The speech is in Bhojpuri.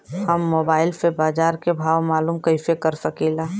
हम मोबाइल से बाजार के भाव मालूम कइसे कर सकीला?